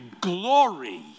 glory